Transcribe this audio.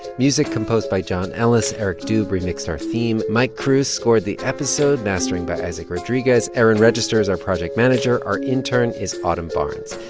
music composed by john ellis. eric doob remixed our theme. mike cruz scored the episode. mastering by isaac rodriguez. aaron register is our project manager. our intern is autumn barnes.